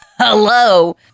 Hello